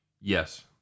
yes